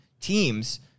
teams